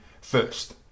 first